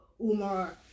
Umar